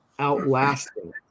outlasting